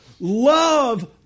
love